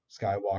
Skywalker